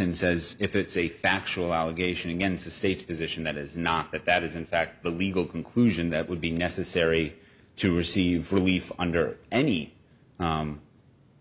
as if it's a factual allegation against the state's position that is not that that is in fact the legal conclusion that would be necessary to receive relief under any